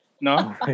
No